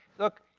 look,